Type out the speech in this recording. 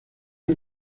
han